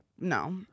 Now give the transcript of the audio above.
no